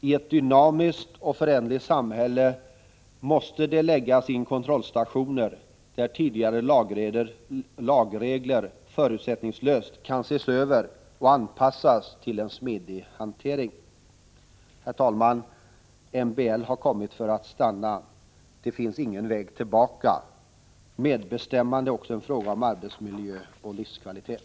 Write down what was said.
I ett dynamiskt och föränderligt samhälle måste det läggas in kontrollstationer, där tidigare lagregler förutsättningslöst kan ses över och anpassas till en smidig hantering. Herr talman! MBL har kommit för att stanna. Det finns ingen väg tillbaka. Medbestämmande är också en fråga om arbetsmiljö och livskvalitet.